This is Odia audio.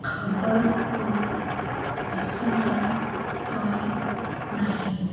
ଖବରକୁ ବିଶ୍ୱାସ କରେ ନାହିଁ